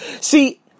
See